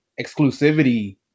exclusivity